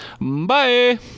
bye